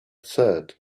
said